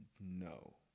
No